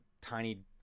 tiny